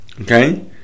okay